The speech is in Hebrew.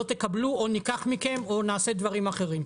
לא תקבלו או ניקח מכם או נעשה דברים אחרים.